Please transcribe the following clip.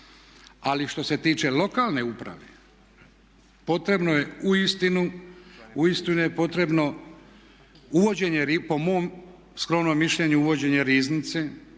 Ali što se tiče lokalne uprave potrebno je uistinu, uistinu je potrebno po mom skromnom mišljenju uvođenje riznice